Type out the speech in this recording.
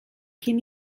cyn